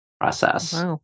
process